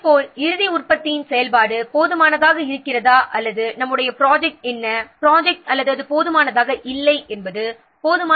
இதேபோல் இறுதி ப்ராஜெக்ட்டின் செயல்பாடு போதுமானதாக இருக்கிறதா அல்லது நம்முடைய ப்ராஜெக்ட் போதுமானதாக இல்லை என கண்டறிய வேண்டும்